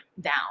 down